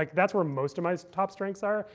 like that's where most of my top strengths are.